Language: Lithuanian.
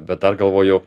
bet dar galvoju